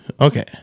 Okay